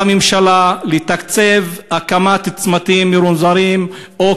על הממשלה לתקצב הקמת צמתים מרומזרים או